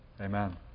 amen